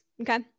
Okay